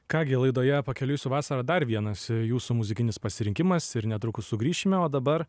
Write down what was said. ką gi laidoje pakeliui su vasara dar vienas jūsų muzikinis pasirinkimas ir netrukus sugrįšime o dabar